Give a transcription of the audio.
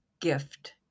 gift